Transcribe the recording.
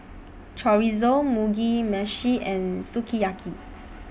Chorizo Mugi Meshi and Sukiyaki